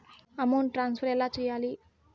amount transfer ఎలా సేయాలి